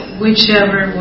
whichever